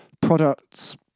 products